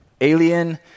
Alien